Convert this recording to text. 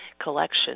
collection